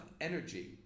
energy